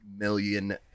million